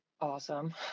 awesome